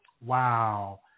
Wow